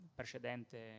precedente